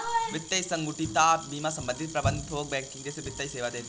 वित्तीय संगुटिका बीमा संपत्ति प्रबंध थोक बैंकिंग जैसे वित्तीय सेवा देती हैं